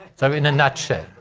so, in a nutshell,